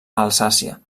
alsàcia